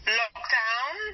lockdown